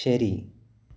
ശരി